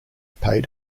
paid